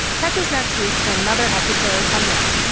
catch us next week for another episode on running